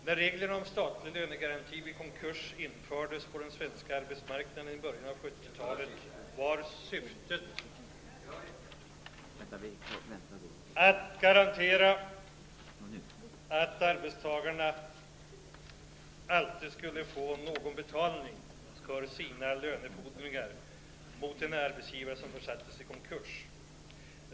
När reglerna om statlig lönegaranti vid konkurs infördes på den svenska arbetsmarknaden i början på 1970-talet var syftet att garantera att arbetstagarna alltid skulle få någon betalning för sina lönefordringar mot en arbetsgivare som försattes i konkurs.